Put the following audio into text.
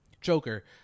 Joker